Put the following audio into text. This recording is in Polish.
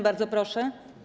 Bardzo proszę.